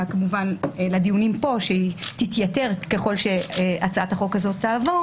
לדיונים פה שתתייתר ככל שהצעת החוק הזאת תעבור